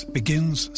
begins